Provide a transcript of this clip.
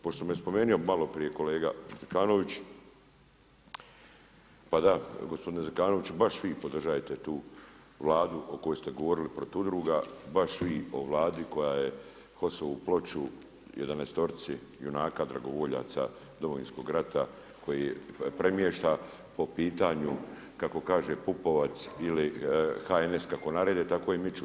Pošto je već spomenuo malo prije kolega Zekanović, pa da gospodine Zekanoviću baš vi podržajete tu Vladu o kojoj ste govorili protiv udruga, baš vi o Vladi koja je HOS-ovu ploču jedanaestorici junaka dragovoljaca Domovinskog rata koji premješta po pitanju kako kaže Pupovac ili HNS kako narede tako ih miču.